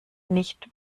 nicht